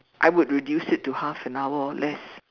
I would reduce it to half an hour or less